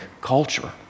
culture